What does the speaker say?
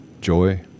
joy